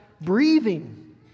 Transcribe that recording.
breathing